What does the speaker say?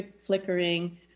flickering